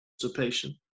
participation